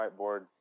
whiteboard